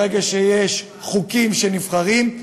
ברגע שיש חוקים שנבחרים,